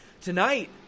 Tonight